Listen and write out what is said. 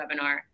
webinar